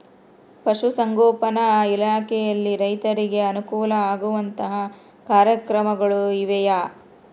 ಪಶುಸಂಗೋಪನಾ ಇಲಾಖೆಯಲ್ಲಿ ರೈತರಿಗೆ ಅನುಕೂಲ ಆಗುವಂತಹ ಕಾರ್ಯಕ್ರಮಗಳು ಇವೆಯಾ?